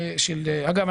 אגב,